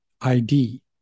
ID